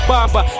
Baba